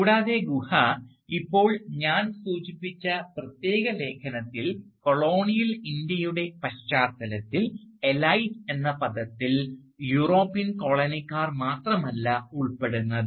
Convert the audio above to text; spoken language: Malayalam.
കൂടാതെ ഗുഹ ഇപ്പോൾ ഞാൻ സൂചിപ്പിച്ച പ്രത്യേക ലേഖനത്തിൽ കൊളോണിയൽ ഇന്ത്യയുടെ പശ്ചാത്തലത്തിൽ എലൈറ്റ് എന്ന പദത്തിൽ യൂറോപ്യൻ കോളനിക്കാർ മാത്രമല്ല ഉൾപ്പെടുന്നത്